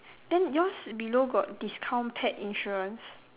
then yours below got discount pet insurance